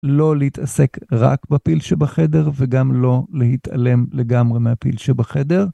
לא להתעסק רק בפיל שבחדר וגם לא להתעלם לגמרי מהפיל שבחדר.